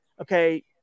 okay